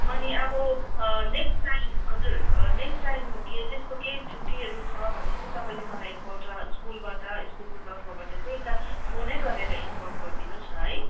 अनि अब next time हजुर नेक्स्ट टाइम के त्यस्तो केही छुट्टीहरू छ भने चाहिँ तपाईँले मलाई एकपल्ट स्कुलबाट स्कुलको तर्फबाट चाहिँ एकताल फोन नै गरेर इन्फर्म गरिदिनु होस् न है